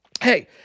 Hey